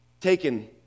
taken